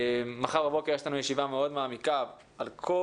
מחר בבוקר יש לנו ישיבה מאוד מעמיקה על כל